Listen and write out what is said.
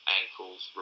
ankles